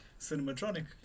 Cinematronic